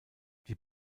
die